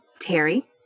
Terry